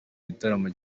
gitaramo